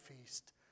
feast